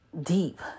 deep